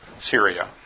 Syria